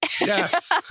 Yes